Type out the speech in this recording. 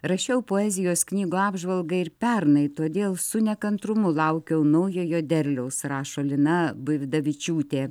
rašiau poezijos knygų apžvalgą ir pernai todėl su nekantrumu laukiau naujojo derliaus rašo lina buividavičiūtė